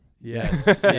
Yes